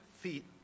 feet